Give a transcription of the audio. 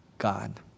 god